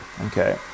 okay